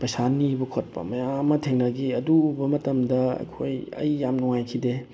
ꯄꯩꯁꯥ ꯅꯤꯕ ꯈꯣꯠꯄ ꯃꯌꯥꯝ ꯑꯃ ꯊꯦꯡꯅꯈꯤ ꯑꯗꯨ ꯎꯕ ꯃꯇꯝꯗ ꯑꯩꯈꯣꯏ ꯑꯩ ꯌꯥꯝ ꯅꯨꯡꯉꯥꯏꯈꯤꯗꯦ